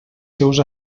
seus